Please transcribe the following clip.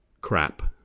crap